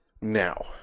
Now